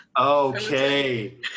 Okay